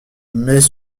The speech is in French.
mais